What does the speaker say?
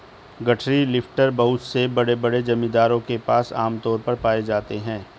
गठरी लिफ्टर बहुत से बड़े बड़े जमींदारों के पास आम तौर पर पाए जाते है